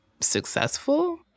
successful